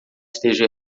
esteja